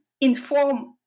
inform